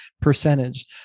percentage